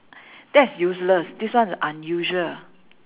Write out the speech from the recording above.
that's useless this one unusual